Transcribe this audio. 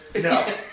No